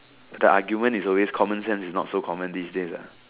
the argument is always common sense is not so common these days ah